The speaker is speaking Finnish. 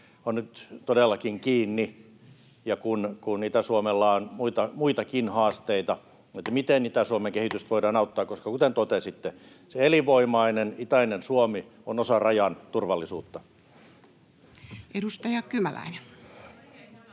on nyt todellakin kiinni, ja siihen, kun Itä-Suomella on muitakin haasteita, miten Itä-Suomen kehitystä voidaan auttaa, koska, kuten totesitte, se elinvoimainen itäinen Suomi on osa rajan turvallisuutta. [Perussuomalaisten